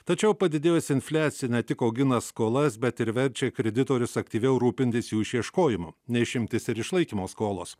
tačiau padidėjusi infliacija ne tik augina skolas bet ir verčia kreditorius aktyviau rūpintis jų išieškojimu ne išimtis ir išlaikymo skolos